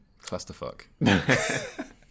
clusterfuck